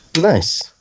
Nice